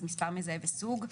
מספר מזהה וסוג,